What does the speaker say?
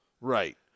Right